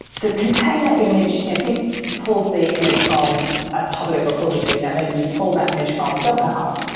the container image if you pull the image from a public repository, you know maybe you pull that image from docker hub,